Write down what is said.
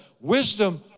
Wisdom